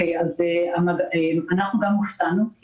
אנחנו גם הופתענו,